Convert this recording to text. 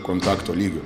kontakto lygiu